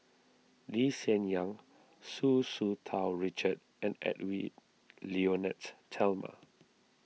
Lee Hsien Yang Tsu Tsu Tau Richard and Edwy Lyonet Talma